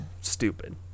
stupid